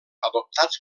adoptats